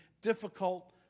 difficult